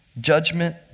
judgment